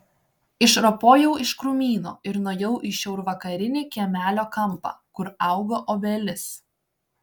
išropojau iš krūmyno ir nuėjau į šiaurvakarinį kiemelio kampą kur augo obelis